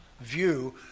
view